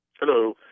Hello